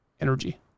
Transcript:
energy